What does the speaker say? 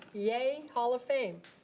yay, hall of fame.